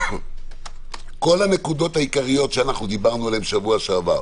כל הנקודות העיקריות שדיברנו עליהן שבוע שעבר,